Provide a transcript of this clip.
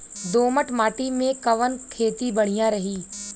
दोमट माटी में कवन खेती बढ़िया रही?